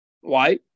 Why